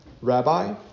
Rabbi